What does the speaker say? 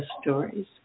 Stories